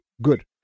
Good